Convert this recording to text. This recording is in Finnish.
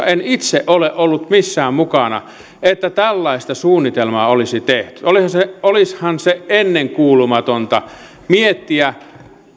en ainakaan itse ole ollut mukana joissa tällaista suunnitelmaa olisi tehty olisihan se ennenkuulumatonta miettiä